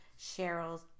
Cheryl's